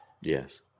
Yes